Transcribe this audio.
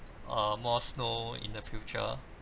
uh more snow in the future